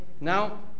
now